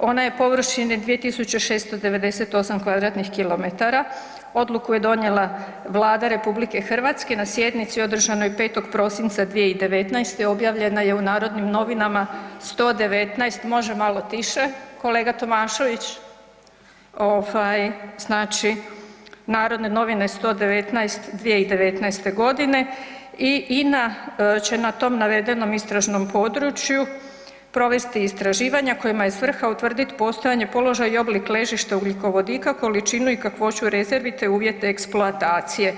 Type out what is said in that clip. ona je površine 2698 kvadratnih kilometara, odluku je donijela Vlada RH na sjednici održanoj 5. prosinca 2019., objavljena je u Narodnim novinama 119, može malo tiše kolega Tomašević, ovaj znači Narodne novine 119/2019 i INA će na tom navedenom istražnom području provesti istraživanja kojima je svrha utvrdit postojanje, položaj i oblik ležište ugljikovodika, količinu i kakvoću rezervi, te uvjet eksploatacije.